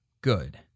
good